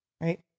right